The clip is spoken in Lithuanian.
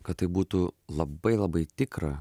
kad tai būtų labai labai tikra